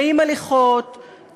נעים הליכות,